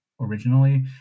originally